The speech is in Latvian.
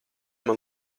man